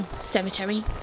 cemetery